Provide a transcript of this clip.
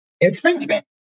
infringement